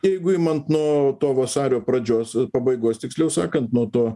jeigu imant nuo to vasario pradžios pabaigos tiksliau sakant nuo to